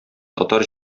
татар